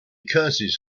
curses